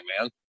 man